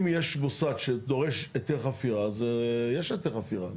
אם יש מושג שדורש היתר חפירה אז יש היתר חפירה.